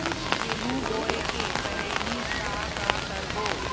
गेहूं बोए के पहेली का का करबो?